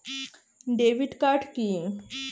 Debit card কি?